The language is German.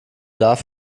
darf